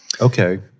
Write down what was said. Okay